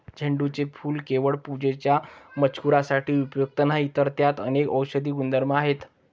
झेंडूचे फूल केवळ पूजेच्या मजकुरासाठी उपयुक्त नाही, तर त्यात अनेक औषधी गुणधर्म आहेत